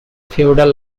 feudal